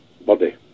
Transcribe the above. body